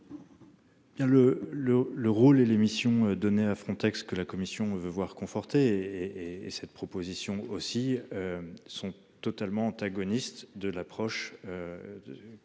le rôle et les missions. À Frontex que la commission veut voir conforté et cette proposition aussi. Sont totalement antagonistes de l'approche.